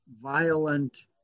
violent